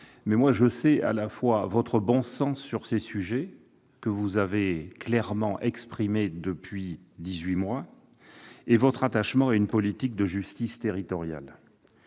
de loi. Je sais, moi, votre bon sens sur ces sujets- vous l'avez clairement exprimé depuis dix-huit mois -et votre attachement à une politique de justice territoriale.